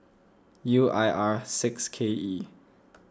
U I R six K E